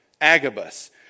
Agabus